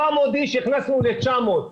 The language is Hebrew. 400 איש הכנסנו ל-900.